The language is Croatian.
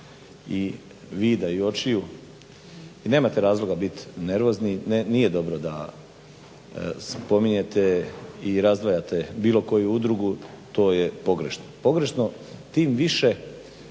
i vida i očiju i nemate razloga biti nervozni, nije dobro da spominjete i razdvajate bilo koju udrugu, to je pogrešno. Pogrešno tim više